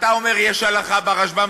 אתה אומר: יש הלכה ברשב"ם,